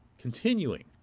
continuing